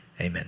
amen